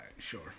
sure